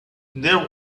there